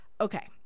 Okay